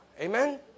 Amen